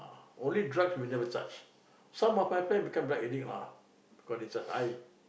only drugs we never touch some of my friends become drug addict lah